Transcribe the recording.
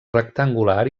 rectangular